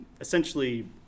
essentially